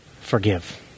forgive